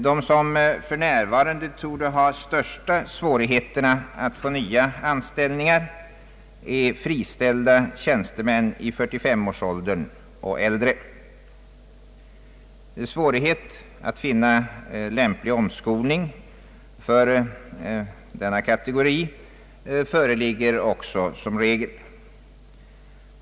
De som för närvarande torde ha de största svårigheterna att få nya anställningar är friställda tjänstemän i 45-årsåldern och äldre. Svårighet att finna lämplig omskolning för denna kategori föreligger också som regel.